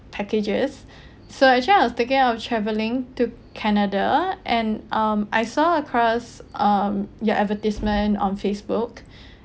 packages so actually I was thinking of travelling to canada and um I saw of course um your advertisement on Facebook